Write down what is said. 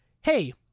hey